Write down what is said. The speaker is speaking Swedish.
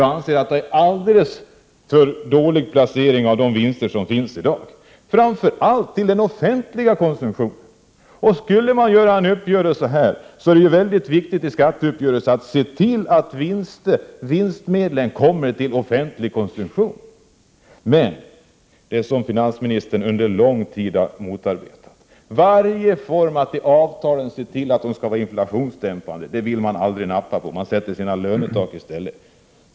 Jag anser att det är fråga om en alldeles för dålig placering av de vinster som finns i dag. Framför allt borde de gå till den offentliga konsumtionen. Om man skulle få till stånd en skatteuppgörelse är det mycket viktigt att se till att vinstmedlen kommer offentlig konsumtion till godo. Men vad finansministern under lång tid har motarbetat är att man vid varje form av avtal skall se till att de är inflationsdämpande. Det vill man aldrig nappa på. Man sätter i stället sina lönetak.